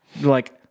Like-